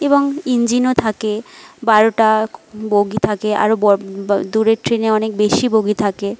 এবং ইঞ্জিনও থাকে বারোটা বগি থাকে আরও দূরের ট্রেনে অনেক বেশি বগি থাকে